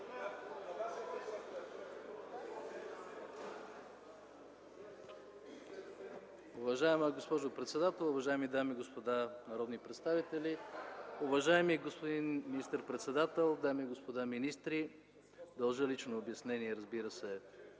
Уважаема госпожо председател, уважаеми дами и господа народни представители, уважаеми господин министър-председател, дами и господа министри! В радостта на депутатите,